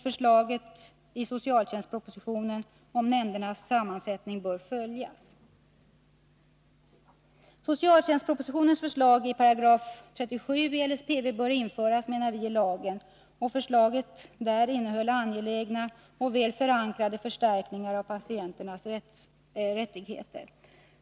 Förslaget i socialtjänstspropositionen om nämndernas sammansättning bör följas. Socialtjänstspropositionens förslag till 37 § bör införas i LSPV. Förslaget innehåller angelägna och väl förankrade förstärkningar av patienternas rättigheter.